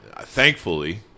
thankfully